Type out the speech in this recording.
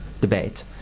debate